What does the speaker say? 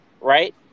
right